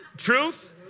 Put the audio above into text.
truth